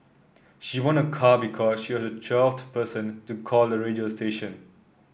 she won a car because she was the twelfth person to call the radio station